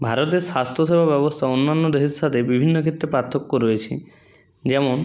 ভারতের স্বাস্থ্যসেবা ব্যবস্থা অন্যান্য দেশের সাথে বিভিন্ন ক্ষেত্রে পার্থক্য রয়েছে যেমন